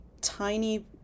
Tiny